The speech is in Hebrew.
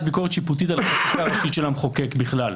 ביקורת שיפוטית על החקיקה הראשית של המחוקק בכלל.